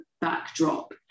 backdrop